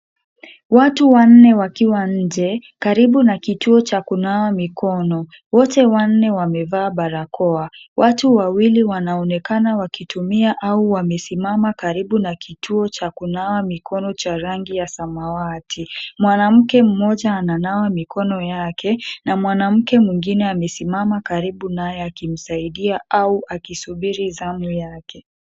Watu wanne wakiwa nje, karibu na kituo cha kunawa mikono. Wote wanne wamevaa barakoa. Watu wawili wanaonekana wakitumia au wamesimama karibu na kituo cha kunawa mikono cha rangi ya samawati. Mwanamke mmoja ananawa mikono yake na mwanamke mwingine amesimama karibu naye akimsaidia au akisubiri zamu yake.